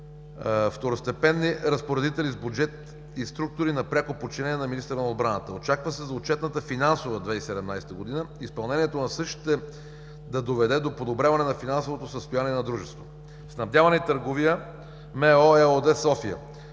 второстепенни разпоредители с бюджет и структури на пряко подчинение на министъра на отбраната. Очаква се за отчетната финансова 2017 г., изпълнението на същите да доведе до подобряване на финансовото състояние на дружеството. „Снабдяване и търговия“ ЕООД – София